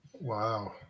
Wow